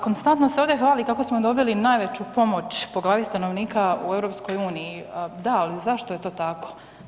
Konstantno se ovdje hvali kako smo dobili najveću pomoć po glavi stanovnika u EU, da, ali zašto je to tako?